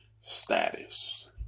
status